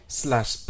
slash